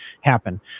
happen